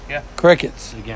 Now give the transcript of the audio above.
Crickets